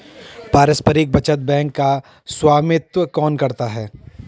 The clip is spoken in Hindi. पारस्परिक बचत बैंक का स्वामित्व कौन करता है?